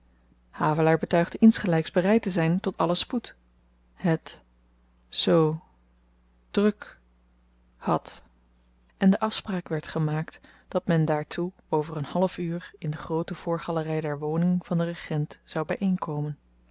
havelaar betuigde insgelyks bereid te zyn tot allen spoed het zoo druk had en de afspraak werd gemaakt dat men daartoe over een half uur in de groote voorgalery der woning van den regent zou by eenkomen